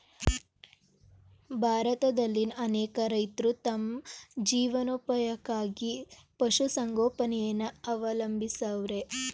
ಭಾರತದಲ್ಲಿನ್ ಅನೇಕ ರೈತ್ರು ತಮ್ ಜೀವನೋಪಾಯಕ್ಕಾಗಿ ಪಶುಸಂಗೋಪನೆಯನ್ನ ಅವಲಂಬಿಸವ್ರೆ